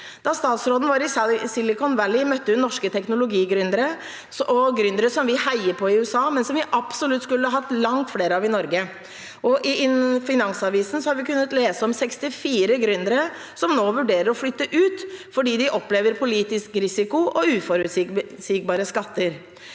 Da statsråden var i Silicon Valley, møtte hun norske teknologigründere og gründere som vi heier på i USA, men som vi absolutt skulle hatt langt flere av i Norge. I Finansavisen har vi kunnet lese om 64 gründere som nå vurderer å flytte ut fordi de opplever politisk risiko og uforutsigbare skatter.